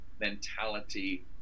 mentality